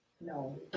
No